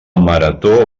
marató